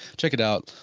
check it out.